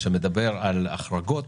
שמדבר על החרגות,